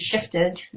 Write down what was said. shifted